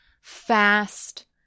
fast